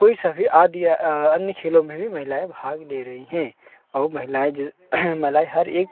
कोई सा भी आदि अन्य खेलों में भी महिलाएँ भाग ले रही हैं और महिलाएँ महिलाएँ हर एक